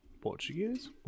Portuguese